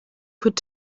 could